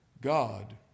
God